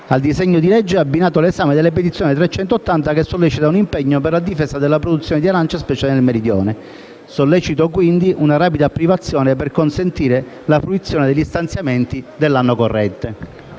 Al disegno di legge è abbinato l'esame della petizione n. 380, che sollecita un impegno per la difesa della produzione di arance, specie nel Meridione. Sollecito quindi una rapida approvazione, per consentire la fruizione degli stanziamenti nell'anno corrente.